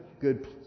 good